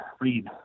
read